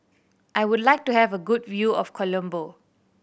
I would like to have a good view of Colombo